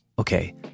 Okay